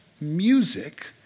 music